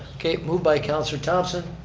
okay, move by councilor thomson.